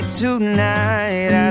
tonight